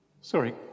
Sorry